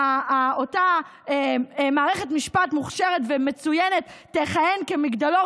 אותה מערכת משפט מוכשרת ומצוינת תכהן כמגדלור